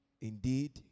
indeed